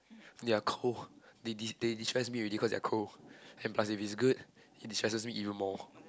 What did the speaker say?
ya cold they de~ they they destress me already cause they are cold and plus if it's good it destresses me even more